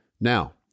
Now